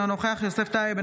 אינו נוכח יוסף טייב,